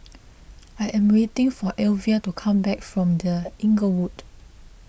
I am waiting for Elvia to come back from the Inglewood